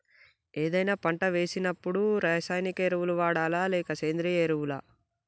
ఏదైనా పంట వేసినప్పుడు రసాయనిక ఎరువులు వాడాలా? లేక సేంద్రీయ ఎరవులా?